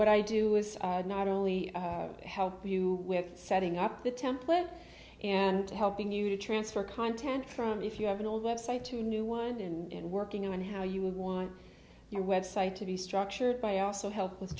what i do is not only help you with setting up the template and helping you to transfer content from if you have an old website to a new one and working on how you want your website to be structured by also help with